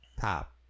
Top